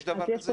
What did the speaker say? יש דבר כזה?